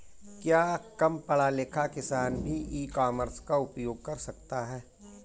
क्या कम पढ़ा लिखा किसान भी ई कॉमर्स का उपयोग कर सकता है?